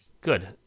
Good